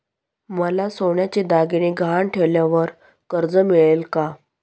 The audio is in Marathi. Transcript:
मला सोन्याचे दागिने गहाण ठेवल्यावर कर्ज मिळेल का?